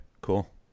cool